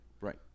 Right